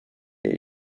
jej